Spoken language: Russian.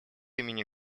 имени